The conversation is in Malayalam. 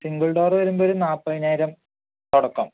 സിംഗിൾ ഡോർ വരുമ്പോൾ ഒരു നാൽപ്പതിനായിരം തുടക്കം